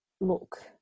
look